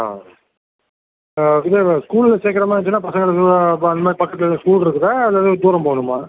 ஆ இது ஸ்கூலில் சேர்க்கிற மாதிரி இருந்துச்சுன்னா பசங்களுக்கு அந்த மாதிரி பக்கத்தில் ஸ்கூல் இருக்குதா இல்லை தூரம் போகணுமா